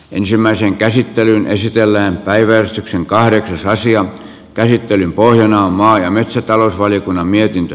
ensimmäiseen käsittelyyn esitellään kaiversi kahden asian käsittelyn pohjana on maa ja metsätalousvaliokunnan mietintö